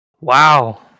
Wow